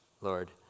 Lord